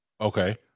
Okay